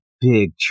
big